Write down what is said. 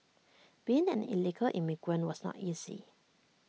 being an illegal immigrant was not easy